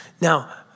Now